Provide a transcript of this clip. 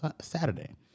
Saturday